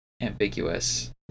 ambiguous